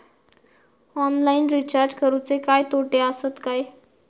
Online recharge करुचे काय तोटे आसत काय?